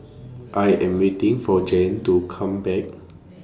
I Am waiting For Jan to Come Back